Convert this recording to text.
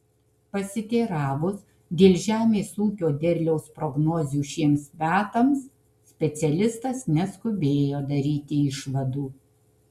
pasiteiravus dėl žemės ūkio derliaus prognozių šiems metams specialistas neskubėjo daryti išvadų